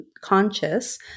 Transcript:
conscious